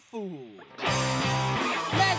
Fool